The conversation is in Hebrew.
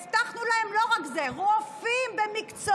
הבטחנו להם לא רק את זה: רופאים במקצועות